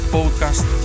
Podcast